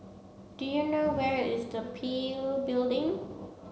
do you know where is the P I L Building